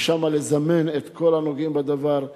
ולשם לזמן את כל הנוגעים בדבר,